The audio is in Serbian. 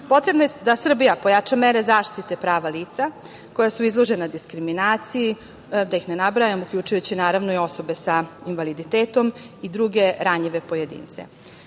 je da Srbija pojača mere zaštite prava lica, koja su izložena diskriminaciji, da ih ne nabrajam, uključujući naravno i osobe sa invaliditetom i druge ranjive pojedince,